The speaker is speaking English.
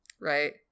Right